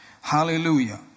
Hallelujah